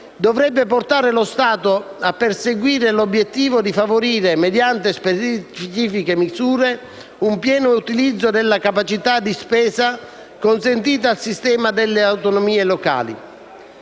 dovrebbe portare lo Stato a perseguire l'obiettivo di favorire, mediante specifiche misure, un pieno utilizzo della capacità di spesa consentita al sistema delle autonomie locali.